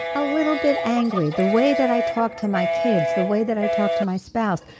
a little bit angry. the way that i talk to my kids, the way that i talk to my spouse,